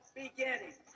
beginning